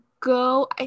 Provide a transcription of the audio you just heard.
go